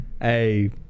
Hey